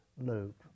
loop